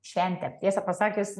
šventė tiesą pasakius